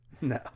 No